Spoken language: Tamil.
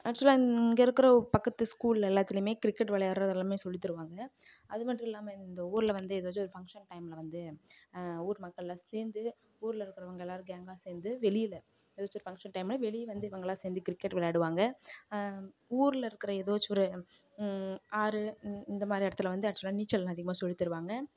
ஆக்ஷுவலாக இங்கே இருக்கிற பக்கத்து ஸ்கூலில் எல்லாத்திலேயுமே கிரிக்கெட் விளையாடுறது எல்லாமே சொல்லி தருவாங்க அது மட்டும் இல்லாமல் இந்த ஊரில் வந்து ஏதாச்சும் ஒரு ஃபங்க்ஷன் டைமில் வந்து ஊர் மக்களெலாம் சேர்ந்து ஊரில் இருக்கிறவங்க எல்லாேரும் கேங்காக சேர்ந்து வெளியில் ஏதாச்சும் ஒரு ஃபங்க்ஷன் டைமில் வெளியே வந்து இவங்கெளாம் சேர்ந்து கிரிக்கெட் விளையாடுவாங்க ஊரில் இருக்கிற ஏதாச்சும் ஒரு ஆறு இந் இந்த மாதிரி இடத்துல வந்து ஆக்ஷுவலாக நீச்சலெலாம் அதிகமாக சொல்லி தருவாங்க